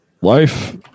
life